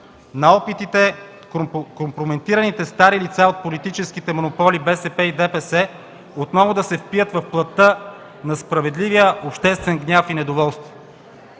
на опитите компрометираните стари лица от политическите монополи БСП и ДПС отново да се впият в плътта на справедливия обществен гняв и недоволство.